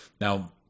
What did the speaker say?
Now